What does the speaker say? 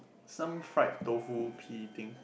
some fried tofu pea thing